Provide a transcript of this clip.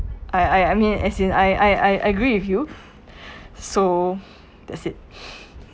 I I mean as in I I I agree with you so that's it